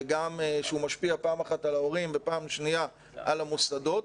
שהוא משפיע פעם אחת על ההורים ופעם שנייה על המוסדות,